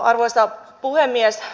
arvoisa puhemies